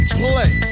play